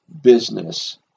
business